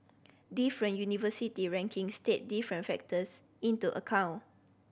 different university rankings take different factors into account